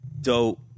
dope